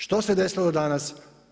Što se desilo danas?